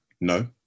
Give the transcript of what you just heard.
No